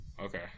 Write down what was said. Okay